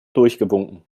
durchgewunken